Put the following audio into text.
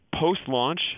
Post-launch